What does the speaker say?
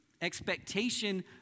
Expectation